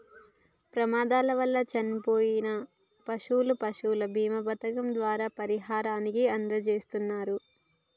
ప్రమాదాల వల్ల చనిపోయిన పశువులకు పశువుల బీమా పథకం ద్వారా పరిహారాన్ని అందజేస్తున్నరు